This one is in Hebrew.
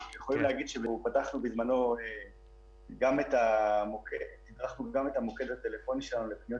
אנחנו יכולים להגיד שתדרכנו גם את המוקד הטלפוני שלנו לפניות